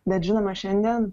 bet žinoma šiandien